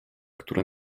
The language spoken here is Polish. która